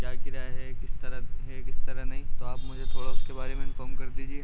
کیا کرایہ ہے کس طرح ہے کس طرح نہیں تو آپ مجھے تھوڑا اس کے بارے میں انفام کر دیجیے